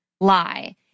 lie